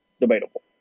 debatable